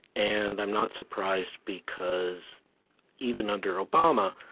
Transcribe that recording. and i'm not surprised because even under obama,